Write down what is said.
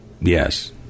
Yes